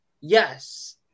yes